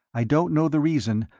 i don't know the reason,